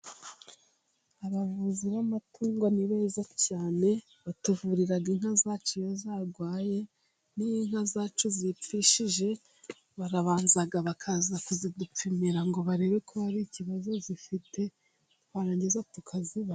Abavuzi b'amatungo ni beza cyane, batuvurira inka zacu iyo zarwaye, n'inka zacu zipfushije barabanza bakaza kuzidupimira, ngo barebe ko hari ikibazo zifite, twarangiza tukazibaga.